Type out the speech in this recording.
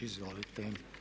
Izvolite.